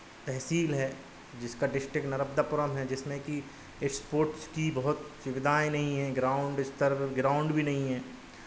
तहसील है जिसका डिस्ट्रिक्ट नर्बदापुरम है जिसने कि स्पोर्ट्स की बहुत सुविधाएँ नहीं है ग्राउन्ड स्तर पे ग्राउन्ड भी नहीं है